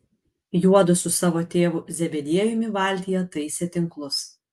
juodu su savo tėvu zebediejumi valtyje taisė tinklus